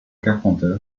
carpenter